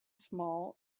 small